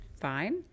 fine